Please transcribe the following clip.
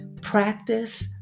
Practice